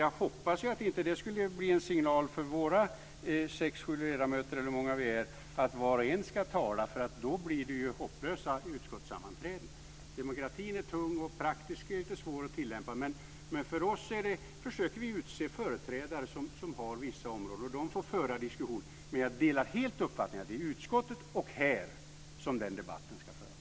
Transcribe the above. Jag hoppas att det inte skulle bli en signal för våra sex sju ledamöter - eller hur många vi nu är - att var och en ska tala, för då blir det ju hopplösa utskottssammanträden. Demokratin är tung och praktiskt lite svår att tillämpa. Men vi försöker utse företrädare som har vissa områden, och de får föra diskussionen. Men jag delar helt uppfattningen att det är i utskottet och här som den debatten ska föras.